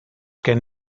gen